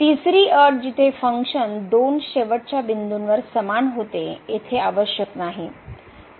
तिसरी अट जिथे फंक्शन दोन शेवटच्या बिंदूवर समान होते येथे आवश्यक नाही